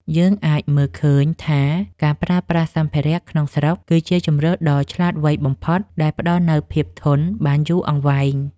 យើងអាចមើលឃើញថាការប្រើប្រាស់សម្ភារៈក្នុងស្រុកគឺជាជម្រើសដ៏ឆ្លាតវៃបំផុតដែលផ្តល់នូវភាពធន់បានយូរអង្វែង។